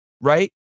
right